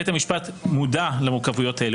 בית המשפט מודע למורכבויות הללו,